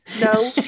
no